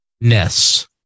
Ness